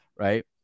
right